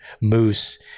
moose